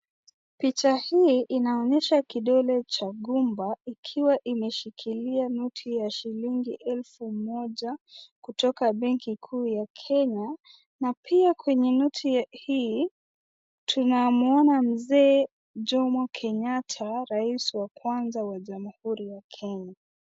Picha hii inaonyesha kidole cha gumba, ikiwa imeshikilia noti ya shilingi elfu moja, kutoka benki kuu ya Kenya, na pia kwenye noti ya, hii, tunamwona mzee Jomo Kenyatta, rais wa kwanza wa jamuhuri ya Kenya.